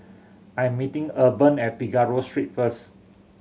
I am meeting Urban at Figaro Street first